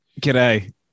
G'day